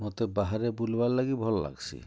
ମୋତେ ବାହାରେ ବୁଲ୍ବାର ଲାଗି ଭଲ୍ ଲାଗ୍ସି